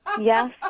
Yes